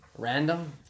Random